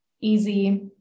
easy